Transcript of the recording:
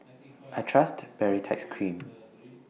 I Trust Baritex Cream